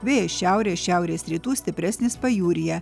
vėjas šiaurės šiaurės rytų stipresnis pajūryje